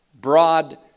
broad